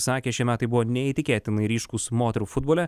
sakė šie metai buvo neįtikėtinai ryškūs moterų futbole